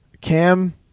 Cam